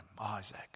Isaac